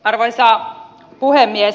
arvoisa puhemies